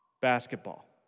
basketball